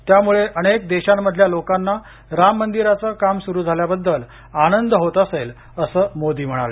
त्यामुळे अनेक देशांमधल्या लोकांना राम मंदिराचं काम सुरू झाल्याबद्दल आनंद होत असेल असं मोदी म्हणाले